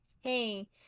hey